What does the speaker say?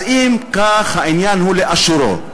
אז אם כך העניין הוא לאשורו,